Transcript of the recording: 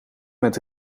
met